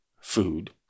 food